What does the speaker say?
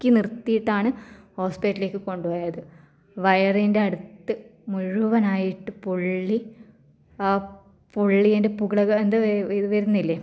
ക്കി നിർത്തിയിട്ടാണ് ഹോസ്പിറ്റലിലേക്ക് കൊണ്ട് പോയത് വയറിൻ്റെ അടുത്ത് മുഴുവനായിട്ട് പൊള്ളി ആ പൊള്ളിയതിൻ്റെ പുകിള എന്തോ വരുന്നില്ലേ